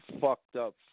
fucked-up